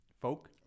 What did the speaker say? folk